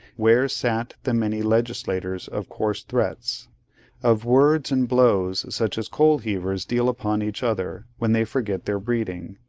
where sat the many legislators of coarse threats of words and blows such as coalheavers deal upon each other, when they forget their breeding?